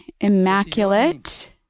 Immaculate